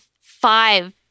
five